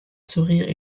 sourire